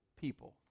people